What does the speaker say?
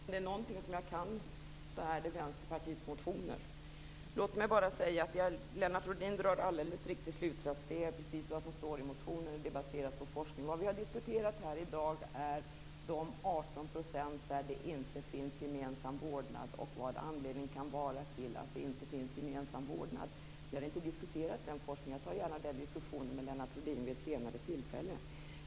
Herr talman! Om det är någonting som jag kan är det Vänsterpartiets motioner. Låt mig bara säga att Lennart Rohdin drar en alldeles riktigt slutsats: Det är precis det som står i motionen, och det är baserat på forskning. Vad vi här i dag har diskuterat är de 18 % av fallen där det inte finns gemensam vårdnad och vad anledningen kan vara till det. Vi har inte diskuterat den forskningen, men jag tar gärna den diskussionen med Lennart Rohdin vid ett senare tillfälle.